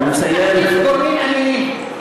אתה מציין, אני מעדיף גורמים אנינים.